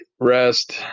Rest